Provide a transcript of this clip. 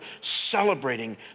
celebrating